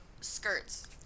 skirts